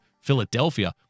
Philadelphia